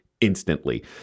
instantly